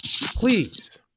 please